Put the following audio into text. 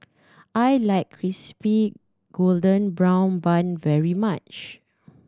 I like Crispy Golden Brown Bun very much